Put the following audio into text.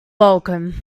welcome